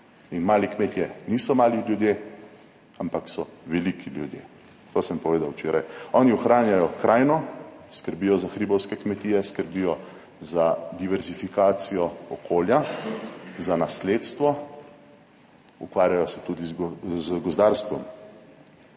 in mali kmetje niso mali ljudje, ampak so veliki ljudje, to sem povedal včeraj, oni ohranjajo krajino, skrbijo za hribovske kmetije, skrbijo za diverzifikacijo okolja, za nasledstvo, ukvarjajo se tudi z gozdarstvom.